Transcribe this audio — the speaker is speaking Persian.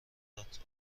داد